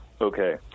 okay